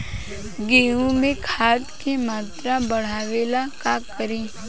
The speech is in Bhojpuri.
गेहूं में खाद के मात्रा बढ़ावेला का करी?